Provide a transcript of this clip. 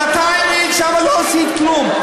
אבל אתה רק 5%. שנתיים היית שם ולא עשית כלום.